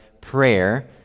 prayer